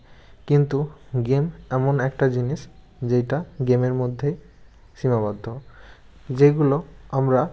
কিন্তু গেম এমন একটা জিনিস যেইটা গেমের মধ্যে সীমাবদ্ধ যেগুলো আমরা